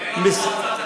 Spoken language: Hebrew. אבל אין לנו מועצה דתית.